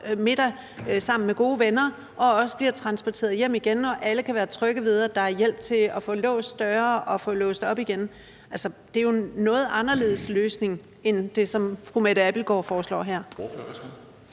sammen med gode venner, og som også bliver transporteret hjem igen, og hvor alle kan være trygge ved, at der er hjælp til at få låst døre og få låst op igen. Det er jo en noget anderledes løsning end det, som fru Mette Abildgaard foreslår her.